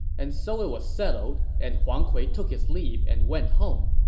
and so it was settled, and huang kui took his leave and went home.